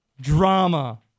Drama